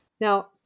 Now